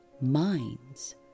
minds